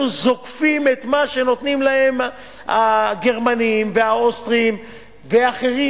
אנחנו זוקפים את מה שנותנים להם הגרמנים והאוסטרים ואחרים.